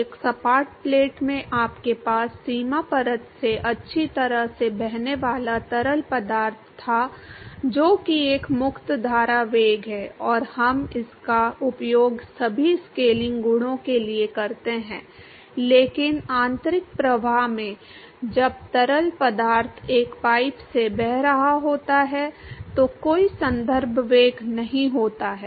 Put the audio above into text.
एक सपाट प्लेट में आपके पास सीमा परत से अच्छी तरह से बहने वाला तरल पदार्थ था जो कि एक मुक्त धारा वेग है और हम इसका उपयोग सभी स्केलिंग गुणों के लिए करते हैं लेकिन आंतरिक प्रवाह में जब तरल पदार्थ एक पाइप से बह रहा होता है तो कोई संदर्भ वेग नहीं होता है